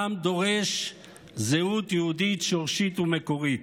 העם דורש זהות יהודית שורשית ומקורית.